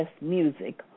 music